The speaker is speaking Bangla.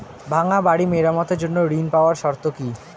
ভাঙ্গা বাড়ি মেরামতের জন্য ঋণ পাওয়ার শর্ত কি?